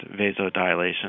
vasodilation